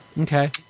Okay